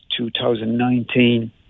2019